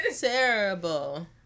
Terrible